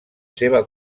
seva